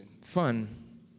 fun